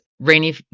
Rainy